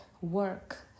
work